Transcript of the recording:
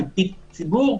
כפקיד ציבור,